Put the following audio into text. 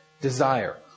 desire